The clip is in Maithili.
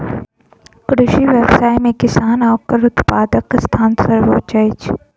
कृषि व्यवसाय मे किसान आ ओकर उत्पादकक स्थान सर्वोच्य अछि